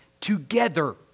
together